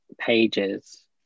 pages